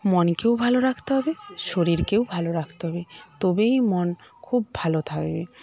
মনকেও ভালো রাখতে হবে শরীরকেও ভালো রাখতে হবে তবেই মন খুব ভালো থাকবে